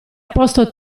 posto